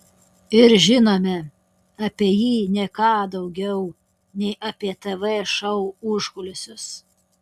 ir žinome apie jį ne ką daugiau nei apie tv šou užkulisius